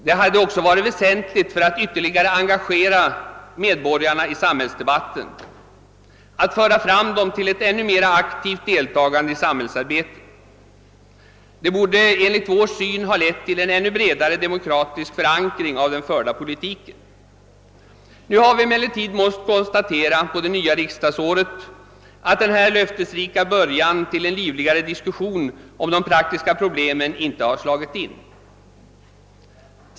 Det hade också varit väsentligt för att ytterligare engagera medborgarna i samhällsdebatten, att föra fram människorna till ett ännu aktivare deltagande i samhällsarbetet. Det borde enligt vår syn ha lett till en ännu bredare demokratisk förankring av den förda politiken. Nu i början av det nya riksdagsåret har vi emellertid måst konstatera att denna förhoppning om en livligare diskussion om de praktiska problemen inte slagit in.